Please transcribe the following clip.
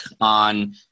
on